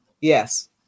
Yes